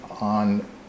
on